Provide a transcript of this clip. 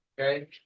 Okay